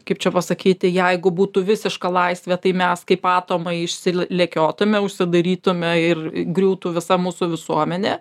kaip čia pasakyti jeigu būtų visiška laisvė tai mes kaip atomai išsilėkiotume užsidarytume ir griūtų visa mūsų visuomenė